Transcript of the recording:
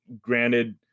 granted